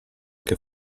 che